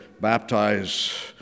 baptize